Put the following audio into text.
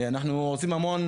אנחנו עושים המון,